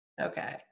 Okay